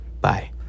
Bye